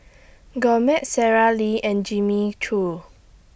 Gourmet Sara Lee and Jimmy Choo